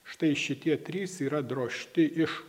štai šitie trys yra drožti iš